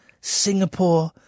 Singapore